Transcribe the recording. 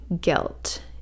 guilt